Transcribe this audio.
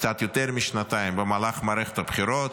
קצת יותר משנתיים, במהלך מערכת הבחירות,